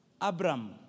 Abram